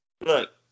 Look